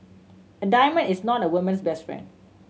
a diamond is not a woman's best friend